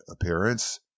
appearance